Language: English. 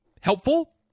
Helpful